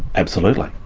absolutely.